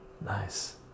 nice